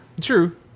true